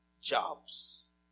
jobs